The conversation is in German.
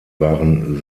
waren